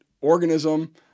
organism